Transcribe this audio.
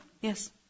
Yes